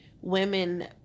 women